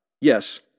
Yes